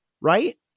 right